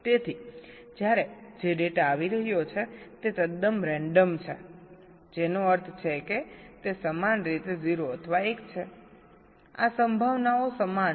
તેથી જ્યારે જે ડેટા આવી રહ્યો છે તે તદ્દન રેન્ડમ છે જેનો અર્થ છે કે તે સમાન રીતે 0 અથવા 1 છે સંભાવનાઓ સમાન છે